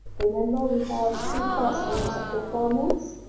remember we have two parts in chapter four notes?